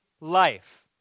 life